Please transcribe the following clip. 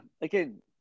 Again